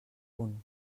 punt